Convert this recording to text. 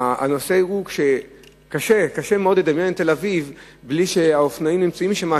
העניין הוא שקשה מאוד לדמיין את תל-אביב בלי שהאופנועים נמצאים שם,